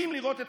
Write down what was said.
כלומר,